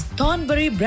Thornbury